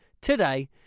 today